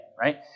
Right